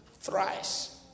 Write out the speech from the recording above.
thrice